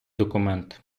документ